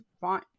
fine